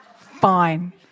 fine